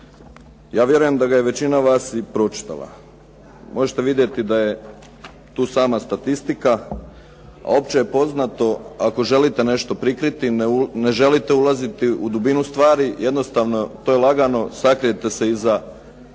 Ja vjerujem da ga je većina vas i pročitala. Možete vidjeti da je tu sama statistika a opće je poznato ako želite nešto prikriti ne želite ulaziti u dubinu stvari, jednostavno to je lagano sakrijete se iza